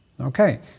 Okay